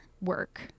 work